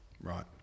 Right